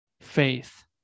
faith